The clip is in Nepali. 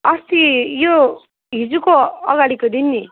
अस्ति यो हिजोको अगाडिको दिन नि